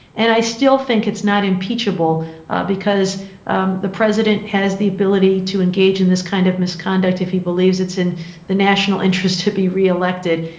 and i still think it's not impeachable because um the president has the ability to engage in this kind of misconduct if he believes it's in the national interest to be reelected,